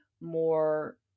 more